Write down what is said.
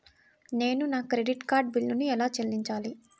నేను నా credit card బిల్లును ఎలా చెల్లించాలీ?